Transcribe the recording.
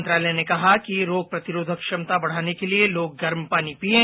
मंत्रालय ने कहा कि रोग प्रतिरोधक क्षमता बढाने के लिए लोग गर्म पानी पिएं